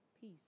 Peace